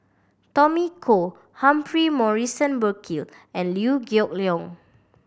Tommy Koh Humphrey Morrison Burkill and Liew Geok Leong